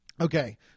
Okay